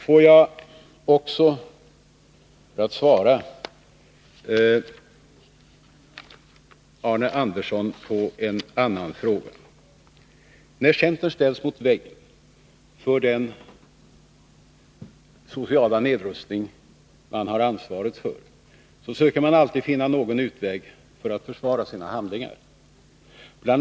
Får jag också, för att svara Arne Andersson på en annan fråga, säga att när centern ställs mot väggen för den sociala nedrustning man har ansvaret för, söker man alltid finna någon utväg för att försvara sina handlingar. Bl.